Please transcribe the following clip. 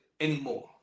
Anymore